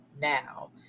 now